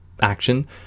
action